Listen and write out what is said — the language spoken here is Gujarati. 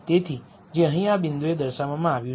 તેથી જે અહીં આ બિંદુએ દર્શાવવામાં આવ્યું છે